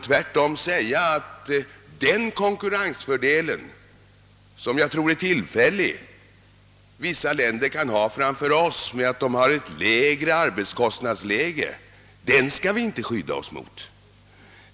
Tvärtom: den konkurrensfördel — troligen tillfällig — som vissa länder kan ha gentemot oss på grund av lägre arbetskostnader skall vi inte skydda oss mot.